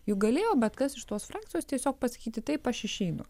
juk galėjo bet kas iš tos frakcijos tiesiog pasakyti taip aš išeinu